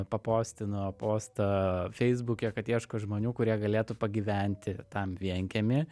papostino postą feisbuke kad ieško žmonių kurie galėtų pagyventi tam vienkiemy